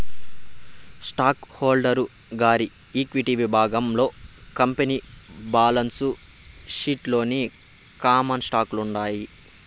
stock holder గారి equity విభాగంలో company balance sheet లోని కామన్ స్టాకులు ఉంటాయి